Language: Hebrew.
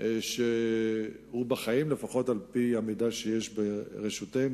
שהוא בחיים, לפחות על-פי המידע שיש ברשותנו,